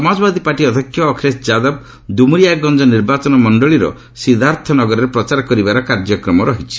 Samajwadi party ଅଧ୍ୟକ୍ଷ ଅଖିଲେଶ ଯାଦବ ଦୁମୁରିଆଗଞ୍ଜ ନିର୍ବାଚନ ମଣ୍ଡଳୀର ସିଦ୍ଧାର୍ଥନଗରରେ ପ୍ରଚାର କରିବାର କାର୍ଯ୍ୟକ୍ରମ ରହିଛି